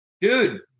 Dude